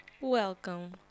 welcome